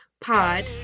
Pod